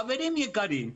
חברים יקרים,